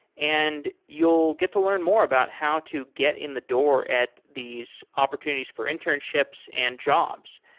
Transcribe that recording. and you'll get to learn more about how to get in the door at these opportunities for internships and jobs.